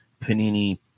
Panini